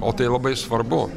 o tai labai svarbu